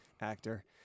actor